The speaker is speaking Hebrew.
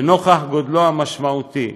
לנוכח גודלו המשמעותי